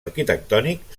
arquitectònic